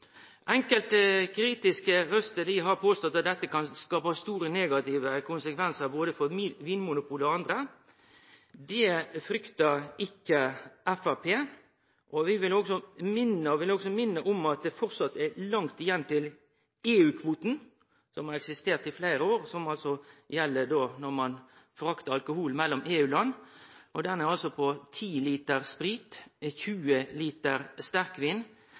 Enkelte kritiske røyster har påstått at dette kan skape store negative konsekvensar for både Vinmonopolet og andre. Det frykter ikkje Framstegspartiet. Vi vil også minne om at det framleis er langt igjen til EU-kvoten, som har eksistert i fleire år, og gjeld når ein fraktar alkohol mellom EU-land. Den er på 10 liter sprit, 20 liter sterkvin,